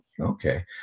okay